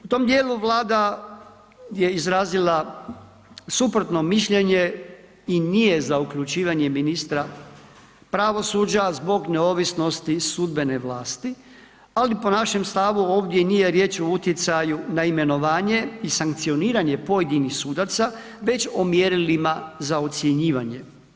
U tom dijelu Vlada je izrazila suprotno mišljenje i nije za uključivanje ministra pravosuđa zbog neovisnosti sudbene vlasti, ali po našem stavu ovdje nije riječ o utjecaju na imenovanje i sankcioniranje pojedinih sudaca već o mjerilima za ocjenjivanje.